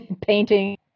painting